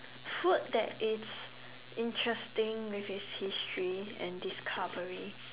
food that is interesting with it's history and discovery